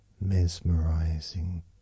mesmerizing